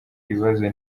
ibibazo